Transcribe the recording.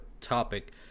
topic